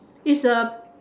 is a